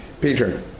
Peter